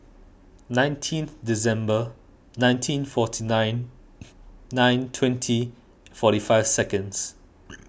nineteen December nineteen forty nine nine twenty forty five seconds